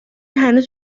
هنوز